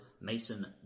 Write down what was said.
Mason